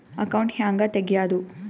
Account ಹ್ಯಾಂಗ ತೆಗ್ಯಾದು?